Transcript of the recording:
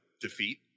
defeat